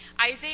Isaiah